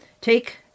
Take